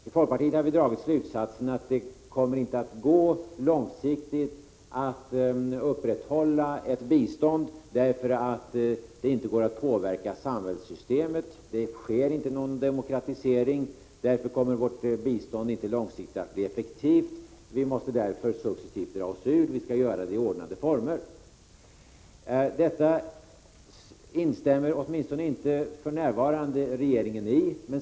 I folkpartiet har vi dragit slutsatsen att det inte kommer att vara möjligt att långsiktigt upprätthålla ett bistånd, eftersom det inte går att påverka samhällssystemet. Det sker inte någon demokratisering. Därför kommer vårt bistånd inte långsiktigt att bli effektivt. Vi måste successivt dra oss ur; vi skall göra det i ordnade former. Detta instämmer åtminstone inte för närvarande regeringen i.